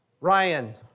Ryan